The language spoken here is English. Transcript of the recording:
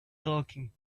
talking